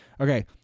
Okay